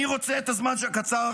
בזמן הקצר